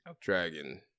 Dragon